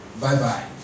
Bye-bye